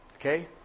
Okay